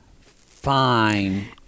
Fine